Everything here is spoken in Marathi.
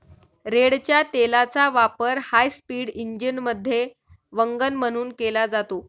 रेडच्या तेलाचा वापर हायस्पीड इंजिनमध्ये वंगण म्हणून केला जातो